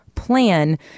plan